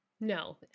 No